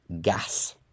gas